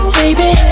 baby